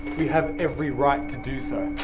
we have every right to do so.